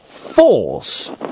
force